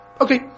Okay